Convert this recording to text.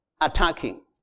attacking